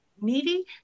needy